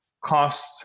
cost